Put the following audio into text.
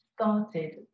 started